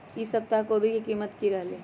ई सप्ताह कोवी के कीमत की रहलै?